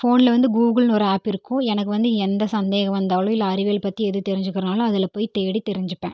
ஃபோனில் வந்து கூகுள்னு ஒரு ஆப் இருக்கும் எனக்கு வந்து எந்த சந்தேகம் வந்தாலும் இல்லை அறிவியல் பற்றி எது தெரிஞ்சிக்கிறதுனாலும் அதில் போய் தேடி தெரிஞ்சுப்பேன்